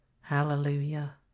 Hallelujah